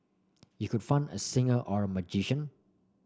you could fund a singer or a magician